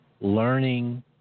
learning